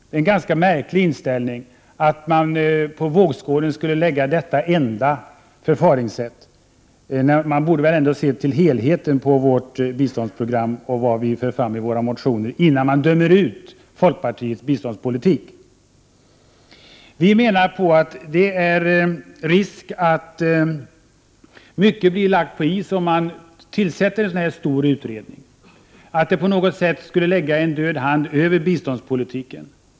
Det är en ganska märklig inställning, att man på vågskålen skulle lägga detta enda förfaringssätt — man borde väl ändå se till helheten i vårt biståndsprogram och i vad vi för fram i våra motioner, innan man dömer ut folkpartiets biståndspolitik? Vi menar att det är risk för att mycket blir lagt på is om man tillsätter en så här stor utredning och att det är på något sätt skulle lägga en död hand över biståndspolitiken.